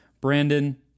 Brandon